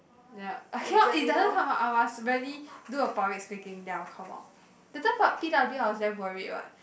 ya I cannot it doesn't come up I must really do a public speaking then I will come out that time P P_W I was damn worried what